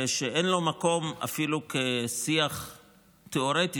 שאין לו מקום אפילו כשיח תיאורטי,